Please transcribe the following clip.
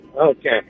Okay